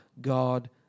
God